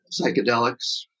psychedelics